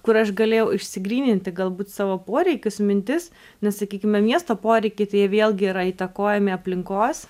kur aš galėjau išsigryninti galbūt savo poreikius mintis nes sakykime miesto poreikiai tai vėlgi yra įtakojami aplinkos